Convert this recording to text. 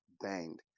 banged